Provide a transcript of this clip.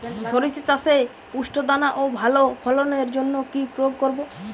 শরিষা চাষে পুষ্ট দানা ও ভালো ফলনের জন্য কি প্রয়োগ করব?